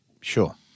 Sure